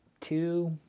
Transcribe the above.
two